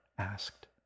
asked